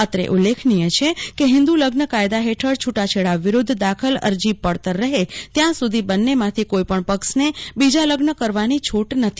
અત્રે ઉલ્લેખનીય છે કે હિન્દ્ર લગ્ન કાયદા હેઠળ છૂટાછેડા વિરૂધ્ધ દાખલ અરજી પડતર રહે ત્યાં સુધી બન્નેમાંથી કોઈપણ પક્ષને બીજા લગ્ન કરવાની છૂટ નથી